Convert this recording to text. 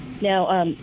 Now